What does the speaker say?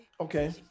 Okay